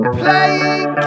playing